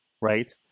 Right